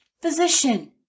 physician